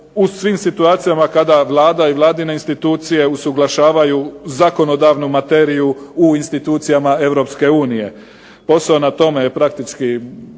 u svim situacijama kada Vlada i Vladine institucije usuglašavaju zakonodavnu materiju u institucijama EU. Posao na tome je praktički